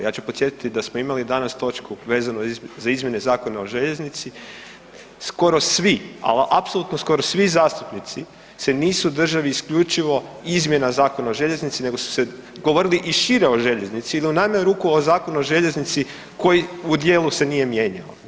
Ja ću podsjetiti da smo imali danas točku vezano za izmjene Zakona o željeznici, skoro svi ali apsolutno skoro svi zastupnici se nisu držali isključivo izmjena Zakona o željeznici nego su govorili i šire o željeznici i to najmanje u ruku o Zakonu o željeznici koji u djelu se nije mijenjao.